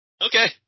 Okay